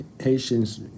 Haitians